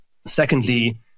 Secondly